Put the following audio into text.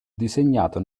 disegnato